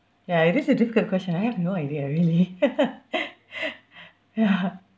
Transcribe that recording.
ya it is a difficult question I have no idea really ya